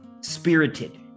spirited